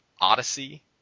Odyssey